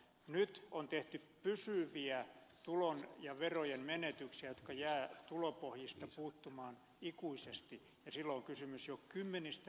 nyt on tehty pysyviä tulojen ja verojen menetyksiä jotka jäävät tulopohjista puuttumaan ikuisesti ja silloin on kysymys jo kymmenistä miljardeista